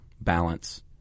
balance